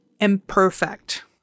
imperfect